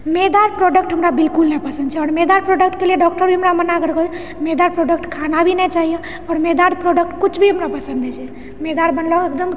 मैदाके प्रोडक्ट हमरा बिलकुल नहि पसन्द छै आओर मैदाके प्रोडक्टके लिए डॉक्टर भी हमरा मना मैदाके प्रोडक्ट खाना भी नहि चाहिए आओर मैदाके प्रोडक्ट कुछ भी हमरा पसन्द नहि छै मैदा रऽ बनलो एकदम